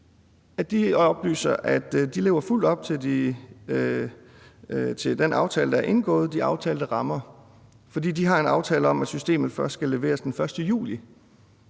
og de oplyser, at de lever fuldt op til den aftale, der er indgået, de aftalte rammer, fordi de har en aftale om, at systemet først skal leveres den 1. juli.